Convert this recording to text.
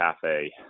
cafe